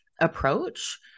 approach